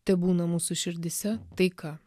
tebūna mūsų širdyse taika